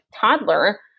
toddler